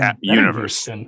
universe